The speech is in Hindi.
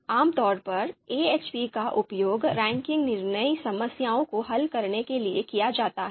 आमतौर पर AHP का उपयोग रैंकिंग निर्णय समस्याओं को हल करने के लिए किया जाता है